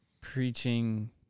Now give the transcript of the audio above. preaching